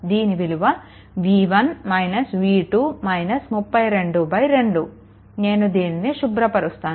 దీని విలువ 2 నేను దీనిని శుభ్రపరుస్తాను